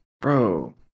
Bro